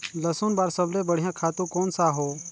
लसुन बार सबले बढ़िया खातु कोन सा हो?